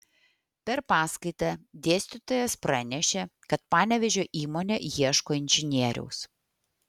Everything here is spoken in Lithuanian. per paskaitą dėstytojas pranešė kad panevėžio įmonė ieško inžinieriaus